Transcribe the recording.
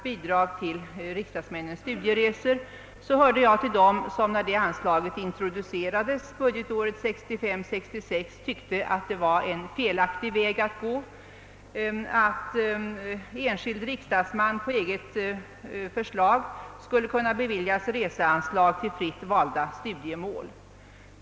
budgetåret 1965/66 hörde jag till dem som tyckte att det var felaktigt att en enskild riksdagsman på eget förslag skulle kunna beviljas reseanslag till fritt valda studiemål.